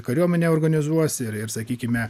kariuomenę organizuos ir ir sakykime